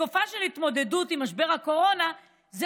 בתקופה של התמודדות עם משבר הקורונה זה